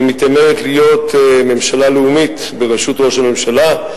שמתיימרת להיות ממשלה לאומית בראשות ראש הממשלה,